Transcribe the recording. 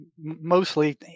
mostly